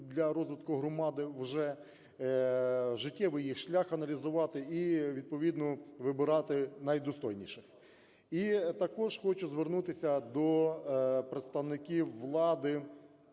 для розвитку громади вже, життєвий їх шлях аналізувати і відповідно вибирати найдостойніших. І також хочу звернутися до представників